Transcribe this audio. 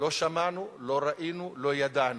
לא שמענו, לא ראינו, לא ידענו.